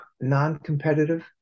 non-competitive